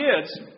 kids